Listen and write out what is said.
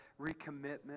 recommitment